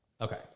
Okay